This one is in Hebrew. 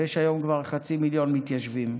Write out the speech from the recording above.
ויש היום כבר חצי מיליון מתיישבים.